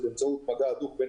מגע הדוק בין